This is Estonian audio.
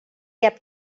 jääb